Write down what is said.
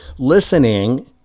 Listening